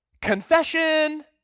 confession